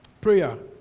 Prayer